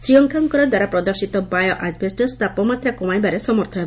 ଶ୍ରୀୟଙ୍କାଙ୍କ ଦ୍ୱାରା ପ୍ରଦର୍ଶିତ bio asbestos ତାପମାତ୍ରା କମାଇବାରେ ସମର୍ଥ ହେବ